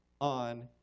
on